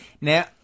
Now